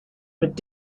mit